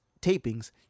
tapings